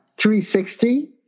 360